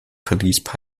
police